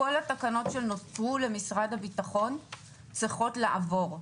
כל התקנות שנותרו למשרד הביטחון צריכות לעבור.